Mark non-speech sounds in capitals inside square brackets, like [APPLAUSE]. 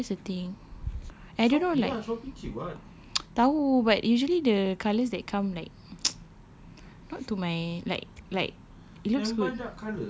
ya that's the thing I don't know like [NOISE] tahu but usually the colours that come like [NOISE] not to my like like it looks good